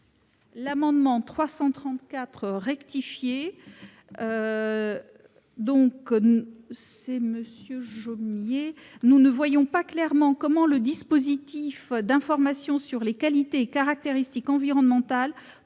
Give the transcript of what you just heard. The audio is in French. l'amendement n° 334 rectifié, nous ne voyons pas clairement comment le dispositif d'information sur les qualités et caractéristiques environnementales